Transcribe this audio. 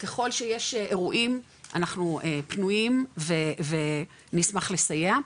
ככול שיש אירועים, אנחנו פנויים ונשמח לסייע.